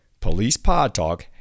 policepodtalk